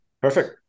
Perfect